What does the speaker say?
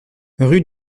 rue